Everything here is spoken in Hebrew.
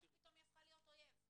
איך פתאום היא הפכה להיות אויב?